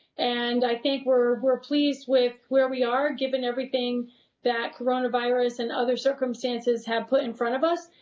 and i think we're we're pleased with where we are given everything that coronavirus and other circumstances have put in front of us.